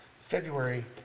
February